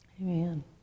Amen